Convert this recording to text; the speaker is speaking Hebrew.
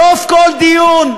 סוף כל דיון.